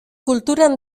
kulturan